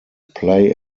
play